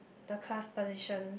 the class position